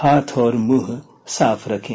हाथ और मुंह साफ रखें